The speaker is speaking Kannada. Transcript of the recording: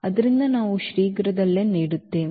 ಆದ್ದರಿಂದ ನಾವು ಶೀಘ್ರದಲ್ಲೇ ನೀಡುತ್ತೇವೆ